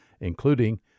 including